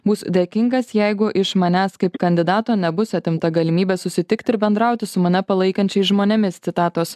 būs dėkingas jeigu iš manęs kaip kandidato nebus atimta galimybė susitikti ir bendrauti su mane palaikančiais žmonėmis citatos